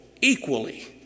equally